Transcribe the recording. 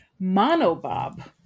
Monobob